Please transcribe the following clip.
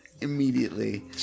Immediately